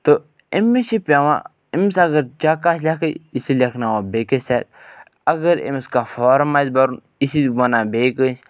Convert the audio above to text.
تہٕ أمِس چھِ پٮ۪وان أمِس اگر چیک آسہِ لیٚکھٕنۍ یہِ چھِ لیٚکھٕناوان بیٚیِس اَتھِ اگر أمِس کانٛہہ فارَم آسہِ بَرُن یہِ چھُ وَنان بیٚیہِ کٲنٛسہِ